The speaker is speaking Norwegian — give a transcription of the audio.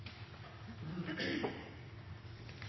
Det er på